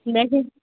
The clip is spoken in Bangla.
দেখি